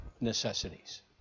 necessities